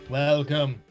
welcome